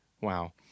Wow